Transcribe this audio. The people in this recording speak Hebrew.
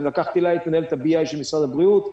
אני לקחתי לה את מנהלת ה-BI של משרד הבריאות.